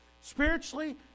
Spiritually